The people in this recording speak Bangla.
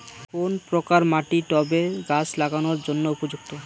কোন প্রকার মাটি টবে গাছ লাগানোর জন্য উপযুক্ত?